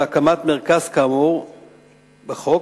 שבהקמת מרכז כאמור בחוק,